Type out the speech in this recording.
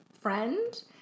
friend